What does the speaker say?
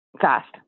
Fast